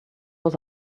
was